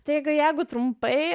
taigu jegu trumpai